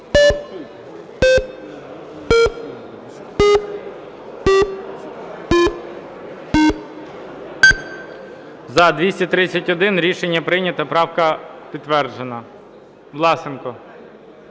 За-231 Рішення прийнято, правка підтверджена. Власенко.